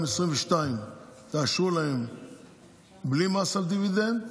ב-2022, תאשרו להם בלי מס על הדיבידנד,